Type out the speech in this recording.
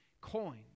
coin